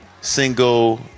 single